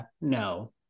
no